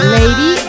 Lady